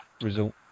result